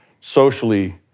socially